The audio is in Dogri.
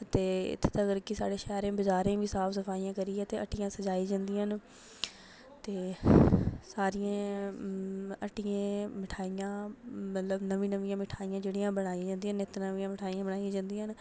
ते इत्थें तकर कि साढ़े शैह्रें बजारें बी साफ सफाइयां करियै ते हट्टियां सजाइयां जंदियां न ते सारियें हट्टियें मठाइयां मतलब नमियां नमियां मठाइयां जेह्ड़ियां बनाइयां जंदियां नित्त नमियां मठाइयां बनाइयां जंदियां न